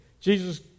Jesus